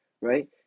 Right